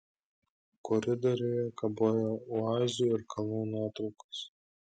koridoriuje kabojo oazių ir kalnų nuotraukos